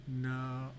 No